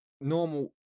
normal